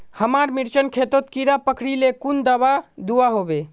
हमार मिर्चन खेतोत कीड़ा पकरिले कुन दाबा दुआहोबे?